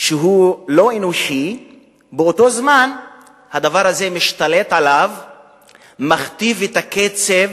שהוא לא אנושי ובאותו זמן הדבר הזה משתלט עליו ומכתיב את הקצב